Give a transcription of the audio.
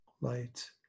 light